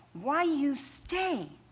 why you stay.